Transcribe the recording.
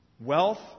Wealth